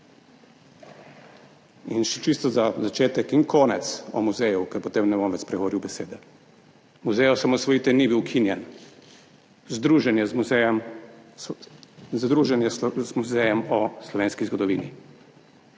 In še čisto za začetek in konec o muzeju, ker potem ne bom več spregovoril besede. Muzej osamosvojitve ni bil ukinjen, združen je z muzejem o slovenski zgodovini,